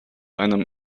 einem